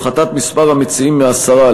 הפחתת מספר המציעים מעשרה,